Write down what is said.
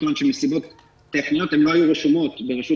מכוון שמסיבות טכניות הן לא היו רשומות ברשות